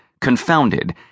confounded